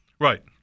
Right